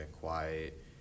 quiet